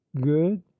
good